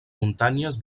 muntanyes